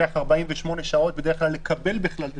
48 שעות לקבל בכלל.